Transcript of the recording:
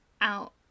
out